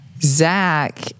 Zach